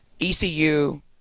ECU